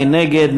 מי נגד?